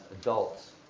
adults